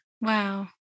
Wow